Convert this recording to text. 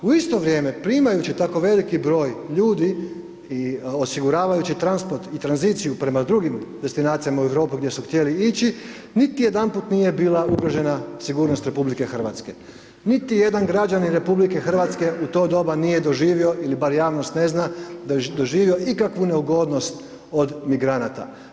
U isto vrijeme, primajući tako veliki broj ljudi i osiguravajući transport i tranziciju prema drugim destinacijama u Europi gdje su htjeli ići, niti jedanput nije bila ugrožena sigurnost RH, niti jedan građanin RH u to doba nije doživio ili bar javnost ne zna da je doživio ikakvu neugodnost od migranata.